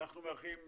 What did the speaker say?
אנו מארחים,